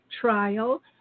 trial